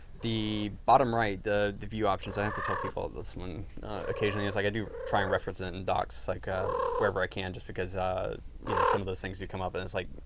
the bottom right, the the view options, i have to tell people this one occasionally. it's like i do try and reference it in docs like ah wherever i can just because you know some of those things do come up and it's like